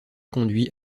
conduit